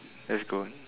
that's good